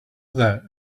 that